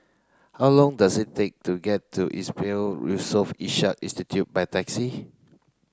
how long does it take to get to Yusof Ishak Institute by taxi